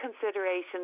considerations